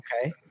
okay